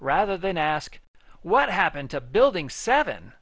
rather than ask what happened to building seven